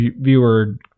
viewer